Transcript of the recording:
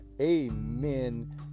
Amen